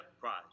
Christ